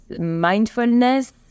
mindfulness